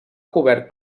cobert